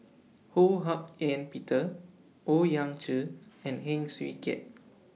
Ho Hak Ean Peter Owyang Chi and Heng Swee Keat